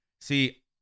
See